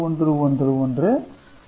இதற்கு இணையான டெசிமல் மதிப்பு 124 ஆகும்